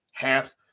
half